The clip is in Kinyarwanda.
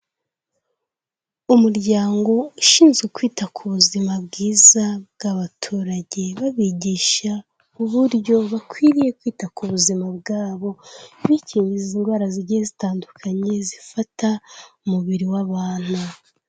Umuryango ushinzwe kwita ku buzima bwiza bw'abaturage, babigisha uburyo bakwiriye kwita ku buzima bwabo, bikingiza indwara zigiye zitandukanye zifata umubiri w'abantu.